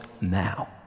now